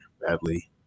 badly